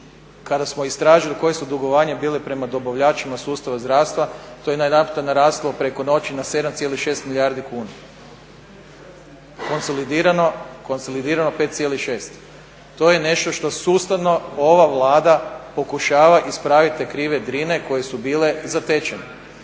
Kada smo istražili koja su dugovanja bila prema dobavljačima sustava zdravstva to je najedanputa naraslo preko noći na 7,6 milijardi kuna, konsolidirano 5,6. To je nešto što sustavno ova Vlada pokušava ispraviti te krive drine koje su bile zatečene.